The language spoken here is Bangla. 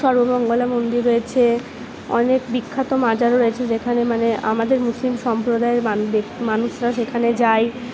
সর্বমঙ্গলা মন্দির রয়েছে অনেক বিখ্যাত মাজার রয়েছে যেখানে মানে আমাদের মুসলিম সম্প্রদায়ের মানুষরা সেখানে যায়